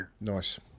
Nice